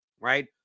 right